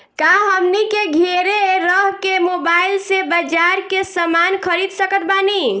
का हमनी के घेरे रह के मोब्बाइल से बाजार के समान खरीद सकत बनी?